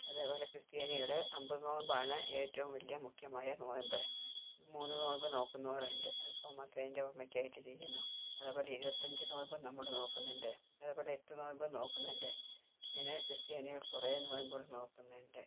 അതുപോലെ ക്രിസ്ത്യാനികൾ അമ്പ് നോമ്പാണ് ഏറ്റവും വലിയ മുഖ്യമായ നൊയമ്പ് മൂന്ന് നൊയമ്പ് നോക്കുന്നവർ ഉണ്ട് തോമ സ്ലീഹിൻ്റെ ഓർമ്മയ്ക്കായിട്ട് ചെയ്യുന്നു അതുപോലെ ഇരുപത്തഞ്ച് നൊയമ്പ് നമ്മൾ നോക്കുന്നുണ്ട് അതുപോലെ എട്ട് നൊയമ്പ് നോക്കുന്നുണ്ട് പിന്നെ ക്രിസ്ത്യാനികൾ കുറേ നൊയമ്പുകൾ നോക്കുന്നുണ്ട്